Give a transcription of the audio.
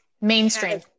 mainstream